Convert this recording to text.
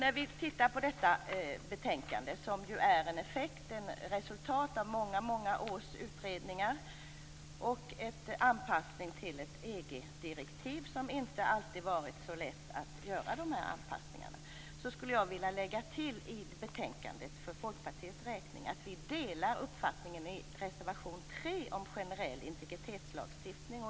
Detta betänkande är ju ett resultat av många års utredningar och av anpassning till ett EG-direktiv. De här anpassningarna har inte alltid varit så lätta att göra. Jag skulle för Folkpartiets räkning vilja lägga till i betänkandet att vi delar uppfattningen i reservation 3 om generell integritetslagstiftning.